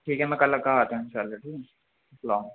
ٹھیک ہے میں کل کا آتا ہوں انشاءاللہ ٹھیک ہے اسلام و علیکم